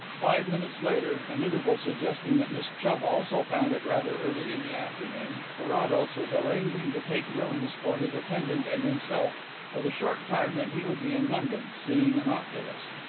five minutes later, an interval suggesting that miss chubb also found it rather early in the afternoon, carrados was arranging to take rooms for his attendant and himself for the short time that he would be in london, seeing an oculist.